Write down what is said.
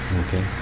okay